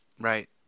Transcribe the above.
Right